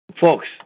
folks